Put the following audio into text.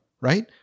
right